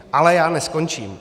Ale já neskončím.